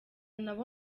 nabo